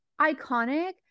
iconic